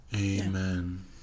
Amen